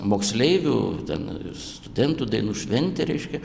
moksleivių ten studentų dainų šventė reiškia